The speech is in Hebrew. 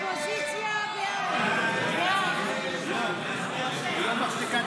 קולו של חבר הכנסת